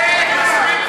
מספיק כבר.